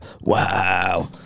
Wow